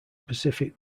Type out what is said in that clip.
pacific